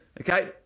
Okay